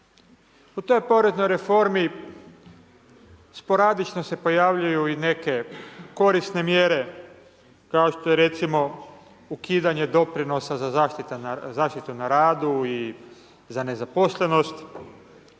U toj poreznoj reformi sporadično se pojavljuju i neke korisne mjere, kao što je recimo ukidanje doprinosa za zaštitu na radu i za nezaposlenost,